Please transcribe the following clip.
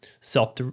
self